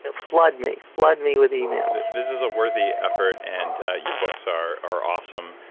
ah flood me. flood me with emails. this is a worthy effort and your books are are awesome.